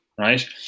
right